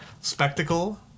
spectacle